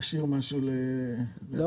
תשאיר משהו ל --- לא,